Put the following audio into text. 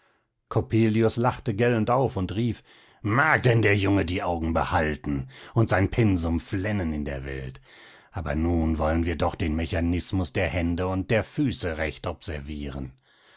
coppelius lachte gellend auf und rief mag denn der junge die augen behalten und sein pensum flennen in der welt aber nun wollen wir doch den mechanismus der hände und der füße recht observieren